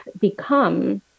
become